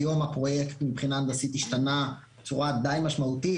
היום הפרויקט מבחינה הנדסית השתנה בצורה די משמעותית,